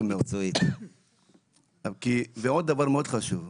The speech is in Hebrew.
עוד דבר מאוד חשוב.